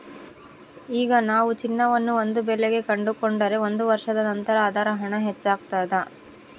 ಈಗ ನಾವು ಚಿನ್ನವನ್ನು ಒಂದು ಬೆಲೆಗೆ ಕೊಂಡುಕೊಂಡರೆ ಒಂದು ವರ್ಷದ ನಂತರ ಅದರ ಹಣ ಹೆಚ್ಚಾಗ್ತಾದ